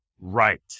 right